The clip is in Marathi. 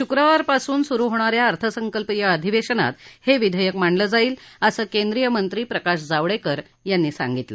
शुक्रवारपासून सुरू होणाऱ्या अर्थसंकल्पीय अधिवेशनात हे विधेयक मांडलं जाईल असं केंद्रीय मंत्री प्रकाश जावेडकर यांनी सांगितलं